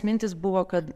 mintys buvo kad